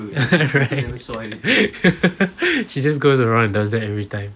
she just goes around does that every time